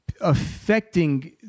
affecting